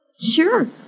sure